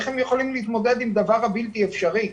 איך הם יכולים להתמודד עם הדבר הבלתי אפשרי?